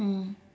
mm